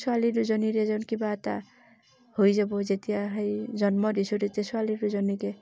ছোৱালী দুজনীৰে যেন কিবা এটা হৈ যাবো যেতিয়া সেই জন্ম দিছোঁ তেতিয়া ছোৱালী দুজনীকে